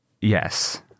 yes